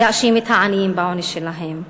להאשים את העניים בעונש שלהם.